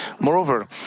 Moreover